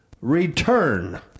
return